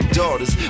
daughters